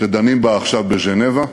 שדנים בה עכשיו בז'נבה.